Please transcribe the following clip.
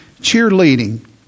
cheerleading